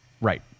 Right